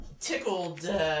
tickled